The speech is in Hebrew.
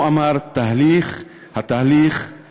הוא אמר: התהליך תקוע